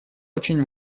очень